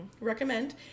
Recommend